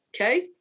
Okay